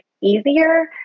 easier